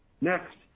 Next